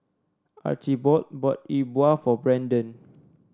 Archibald bought E Bua for Brenden